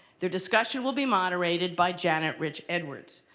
their discussion will be moderated by janet ridge edwards.